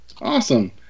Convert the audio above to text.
Awesome